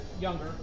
younger